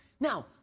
Now